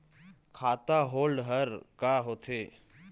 खाता होल्ड हर का होथे?